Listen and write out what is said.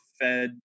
Fed